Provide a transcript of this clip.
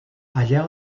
allà